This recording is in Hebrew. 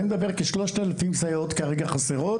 כרגע 3,000 סייעות חסרות,